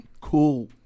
cool